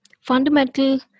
fundamental